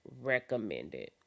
recommended